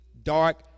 dark